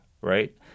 Right